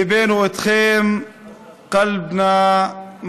ליבנו איתכם (אומר בערבית: